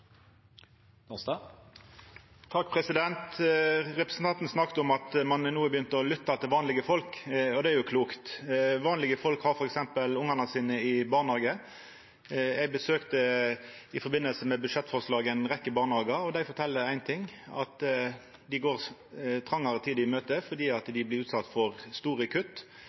Representanten snakka om at ein no har begynt å lytta til vanlege folk, og det er jo klokt. Vanlege folk har f.eks. ungane sine i barnehage. I samband med at budsjettforslaget vart lagt fram, besøkte eg ei rekkje barnehagar, og dei fortalde éin ting: Dei går trongare tider i møte fordi dei blir utsette for store kutt.